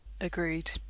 Agreed